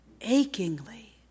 achingly